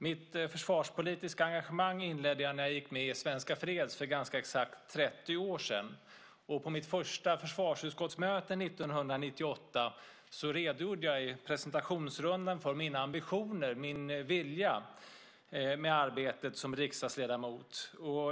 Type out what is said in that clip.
Mitt försvarspolitiska engagemang inledde jag när jag gick med i Svenska Freds för ganska exakt 30 år sedan. På mitt första försvarsutskottssammanträde 1998 redogjorde jag i presentationsrundan för min ambition, min vilja, med arbetet som riksdagsledamot.